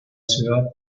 ciudad